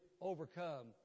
overcome